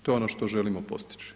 To je ono što želimo postići.